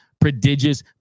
prodigious